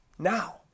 Now